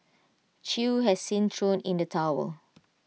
chew has since thrown in the towel